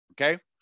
okay